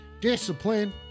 discipline